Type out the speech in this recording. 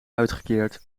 uitgekeerd